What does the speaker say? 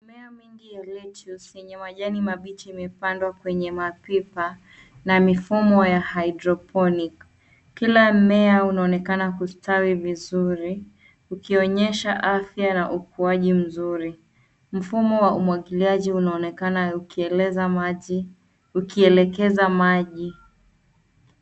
Mimea mingi ya lettuce , yenye majani mabichi, imepandwa kwenye mapipa na mifumo ya hydroponic .Kila mmea unaonekana kustawi vizuri, ukionyesha afya na ukuaji mzuri. Mfumo wa umwagiliaji unaonekana ukielekeza maji.